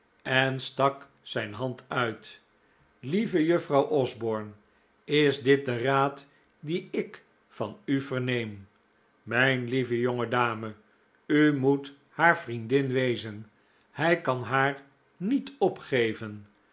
en stak zijn hand uit lieve juffrouw osborne is dit deraad dien ik van u verneem mijn lieve jonge dame u moet haar vriendin wezen hij kan haar niet opgeven